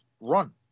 run